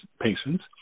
patients